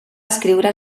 escriure